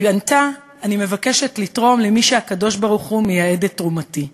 היא ענתה: אני מבקשת לתרום למי שהקדוש-ברוך-הוא מייעד את תרומתי.